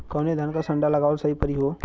कवने धान क संन्डा लगावल सही परी हो?